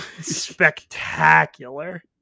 spectacular